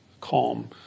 calm